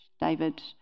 David